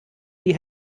die